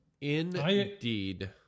indeed